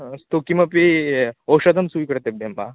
हा अस्तु किमपि औषधं स्वीकर्तव्यं वा